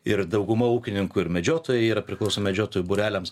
ir dauguma ūkininkų ir medžiotojai yra priklauso medžiotojų būreliams